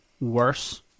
worse